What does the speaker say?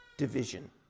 division